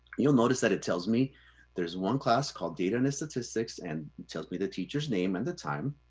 you'll notice that it tells me there's one class called data and statistics, and tells me the teacher's name and the time.